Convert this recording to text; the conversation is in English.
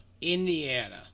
Indiana